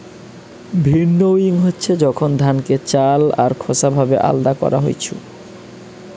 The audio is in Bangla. ভিন্নউইং হচ্ছে যখন ধানকে চাল আর খোসা ভাবে আলদা করান হইছু